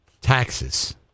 taxes